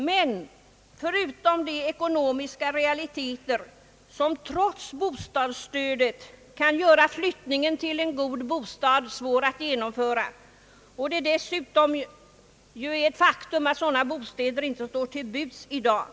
Men förutom de ekonomiska realiteter som trots bostadsstödet kan göra flyttningen till en god bostad svår att genomföra är det ett faktum att sådana bostäder inte står till buds i dag.